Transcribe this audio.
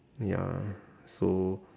ya so